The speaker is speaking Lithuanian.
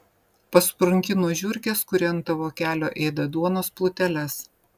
pasprunki nuo žiurkės kuri ant tavo kelio ėda duonos pluteles